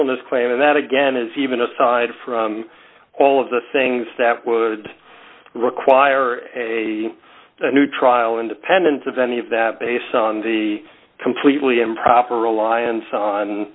ss claim and that again is even aside from all of the things that would require a new trial independent of any of that based on the completely improper reliance on